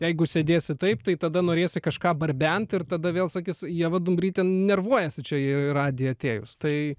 jeigu sėdėsi taip tai tada norėsi kažką barbent ir tada vėl sakys ieva dumbrytė nervuojasi čia į į radiją atėjus tai